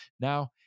Now